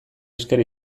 esker